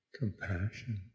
compassion